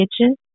Kitchen